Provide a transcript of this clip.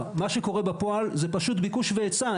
אמר: מה שקורה בפועל זה פשוט ביקוש והיצע.